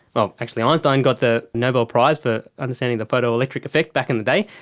so actually einstein got the nobel prize for understanding the photoelectric effect back in the day,